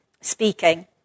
speaking